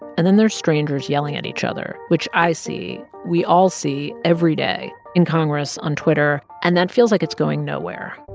and then there are strangers yelling at each other, which i see, we all see every day in congress, on twitter. and that feels like it's going nowhere.